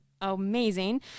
amazing